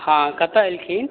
हँ कतऽ अयलखिन